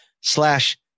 slash